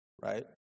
Right